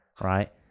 Right